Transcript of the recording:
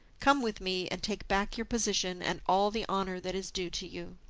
come with me, and take back your position and all the honour that is due to you.